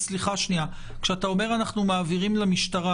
כשאתה אומר שאתם מעבירים למשטרה,